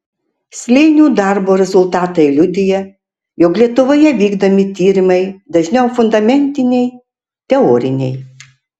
slėnių darbo rezultatai liudija jog lietuvoje vykdomi tyrimai dažniau fundamentiniai teoriniai